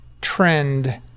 trend